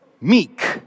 Meek